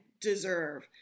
deserve